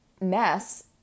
mess